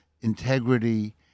integrity